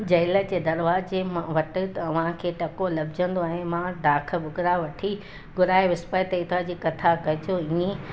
jail जे दरवाजे मां वटि अव्हां खे टको लभिजंदो ऐं मां ॾाखु भुॻिड़ा वठी घुराए विस्पति देविता जी कथा कॼो इएं